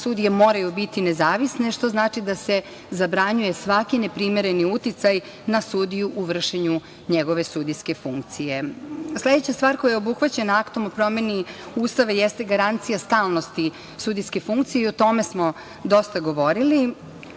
sudije moraju biti nezavisne, što znači da se zabranjuje svaki neprimereni uticaj na sudiju u vršenju njegove sudijske funkcije. Sledeća stvar koja je obuhvaćena Aktom o promeni Ustava jeste garancija stalnosti sudijske funkcije i o tome smo dosta govorili.